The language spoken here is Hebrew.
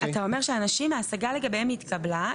אתה אומר שאנשים ההשגה לגביהם התקבלה,